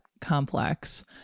complex